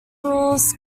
rules